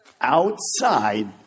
Outside